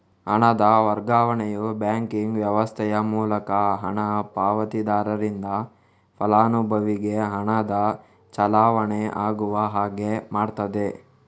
ಹಣದ ವರ್ಗಾವಣೆಯು ಬ್ಯಾಂಕಿಂಗ್ ವ್ಯವಸ್ಥೆಯ ಮೂಲಕ ಹಣ ಪಾವತಿದಾರರಿಂದ ಫಲಾನುಭವಿಗೆ ಹಣದ ಚಲಾವಣೆ ಆಗುವ ಹಾಗೆ ಮಾಡ್ತದೆ